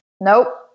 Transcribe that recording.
Nope